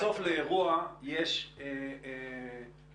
בסוף, לאירוע יש קודקוד.